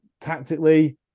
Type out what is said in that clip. tactically